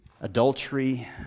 Adultery